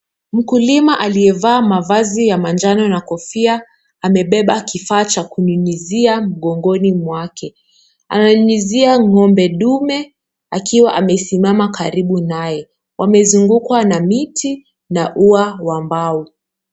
Mkulima aliyevaa mavazi ya manjano na kofia, amebeba kifaa cha kunyunyizia mgongoni mwake, ananyunyizia ng'ombe dume akiwa amesimama karibu naye. Wamezungukwa na miti na ua wa mbao.